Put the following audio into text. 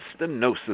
stenosis